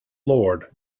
lord